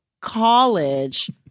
college